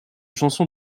chansons